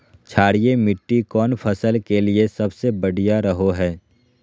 क्षारीय मिट्टी कौन फसल के लिए सबसे बढ़िया रहो हय?